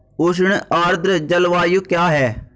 उष्ण आर्द्र जलवायु क्या है?